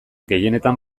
gehienetan